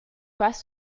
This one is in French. pas